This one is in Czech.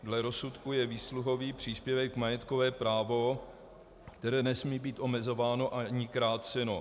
Dle rozsudku je výsluhový příspěvek majetkové právo, které nesmí být omezováno ani kráceno.